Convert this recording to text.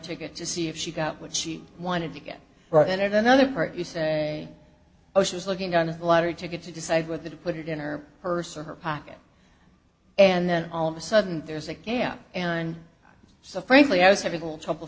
ticket to see if she got what she wanted to get right at another part you say oh she was looking on a lottery ticket to decide whether to put it in her purse or her pocket and then all of a sudden there's again and so frankly i was having trouble